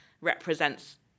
represents